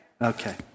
Okay